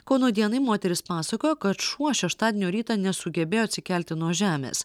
kauno dienai moteris pasakojo kad šuo šeštadienio rytą nesugebėjo atsikelti nuo žemės